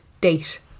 date